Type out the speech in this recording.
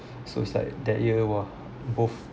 so it's like that year were both